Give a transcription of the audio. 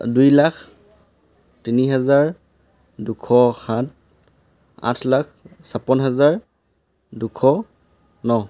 দুই লাখ তিনি হাজাৰ দুশ সাত আঠ লাখ ছাপন্ন হাজাৰ দুশ ন